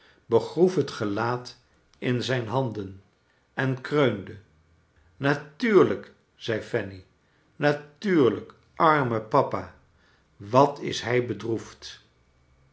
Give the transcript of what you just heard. begroef het gclaat in zijn handen en kreunde natuurlijk zei fanny natuurlijkl anne papa wat is hij bedroefd